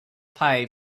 pay